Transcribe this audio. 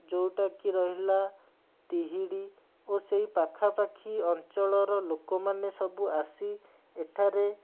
ଯେଉଁଟା କି ରହିଲା ତିହିଡ଼ି ଓ ସେଇ ପାଖାପାଖି ଅଞ୍ଚଳର ଲୋକମାନେ ସବୁ ଆସି ଏଠାରେ